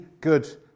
good